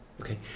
Okay